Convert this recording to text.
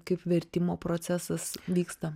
kaip vertimo procesas vyksta